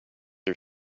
are